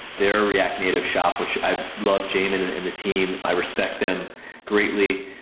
their react native shop, which i love jamin and the team. i respect them greatly.